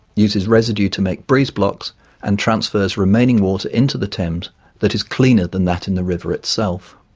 uses residue to make breeze blocks and transfers remaining water into the thames that is cleaner than that in the river itself.